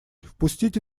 впустите